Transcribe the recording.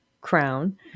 crown